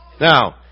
Now